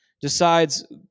decides